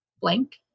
Blank